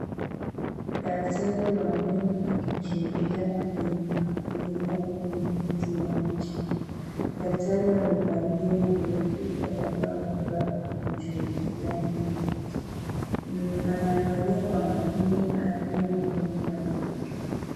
Daktari wa meno akimchunguza mgonjwa aliyelala kwenye kiti maalum cha meno, daktari amevalia glovu, barakoa na vifaa vya kumchunguzia meno. Anaangalia kwa makini hali ya meno ya mgonjwa.